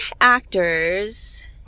actors